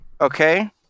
okay